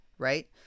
Right